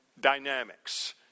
dynamics